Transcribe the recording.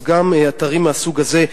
אז גם אתרים מהסוג הזה,